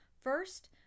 First